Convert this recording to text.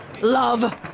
love